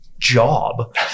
job